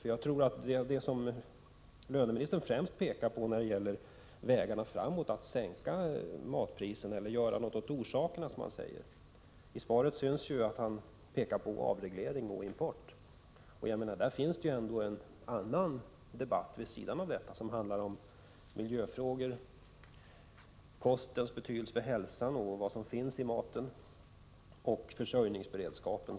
Det som löneministern främst pekar på när det gäller möjligheterna att sänka matpriserna eller göra något åt orsakerna är avreglering och import. Jag menar att det vid sidan av detta finns en annan debatt, som handlar om miljöfrågor, kostens betydelse för hälsan, matens innehåll och försörjningsberedskapen.